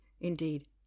indeed